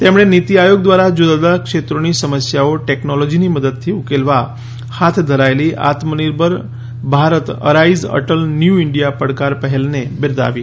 તેમણે નીતિ આયોગ દ્વારા જુદાં જુદાં ક્ષેત્રોની સમસ્યાઓ ટેકનોલોજીની મદદથી ઉકેલવા હાથ ધરાયેલી Atmanirbhar Bharat ARISE Atal new India પડકાર પહેલની બિરદાવી હતી